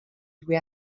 due